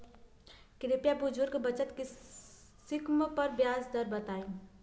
कृपया बुजुर्ग बचत स्किम पर ब्याज दर बताई